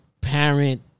parent